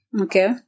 Okay